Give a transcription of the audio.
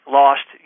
lost